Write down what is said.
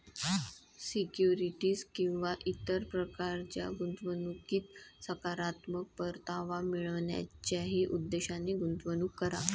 securities किंवा इतर प्रकारच्या गुंतवणुकीत सकारात्मक परतावा मिळवण्याच्या उद्देशाने गुंतवणूक करा